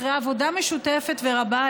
אחרי עבודה משותפת ורבה,